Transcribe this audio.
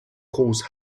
cause